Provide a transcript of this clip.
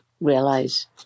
realize